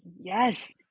Yes